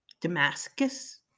Damascus